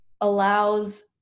allows